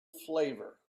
flavor